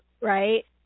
right